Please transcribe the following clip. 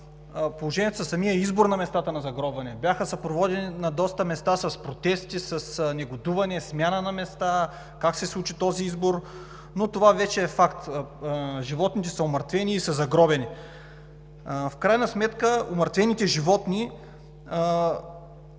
положението със самия избор на местата на загробване. Това беше съпроводено на доста места с протести, с негодуване, смяна на места, как се случи този избор, но това вече е факт – животните са умъртвени и са загробени. В крайна сметка умъртвените животни